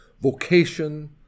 vocation